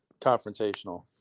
confrontational